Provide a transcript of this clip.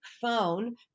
phone